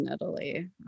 Italy